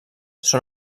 són